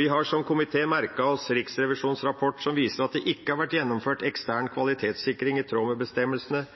Vi har som komité merket oss Riksrevisjonens rapport, som viser at det ikke har vært gjennomført ekstern kvalitetssikring i tråd med bestemmelsene.